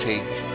Take